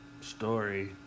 story